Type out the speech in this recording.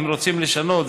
אם רוצים לשנות,